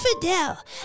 Fidel